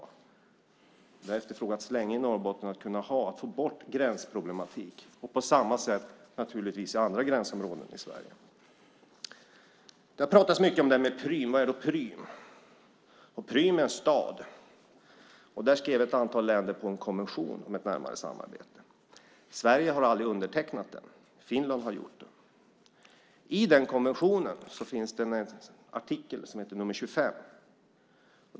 Det har länge efterfrågats i Norrbotten att lösa gränsproblemet, och på samma sätt i andra gränsområden i Sverige. Det har pratats om Prüm. Vad är Prüm? Prüm är en stad. Där skrev ett antal länder på en konvention om ett närmare samarbete. Sverige har aldrig undertecknat den, men Finland har gjort det. I konventionen finns artikel 25.